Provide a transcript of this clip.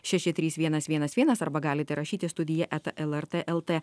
šeši trys vienas vienas vienas arba galite rašyti studija eta lrt lt